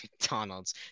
McDonald's